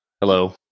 Hello